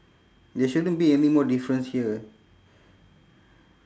there shouldn't be anymore difference here eh